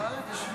(קורא בשם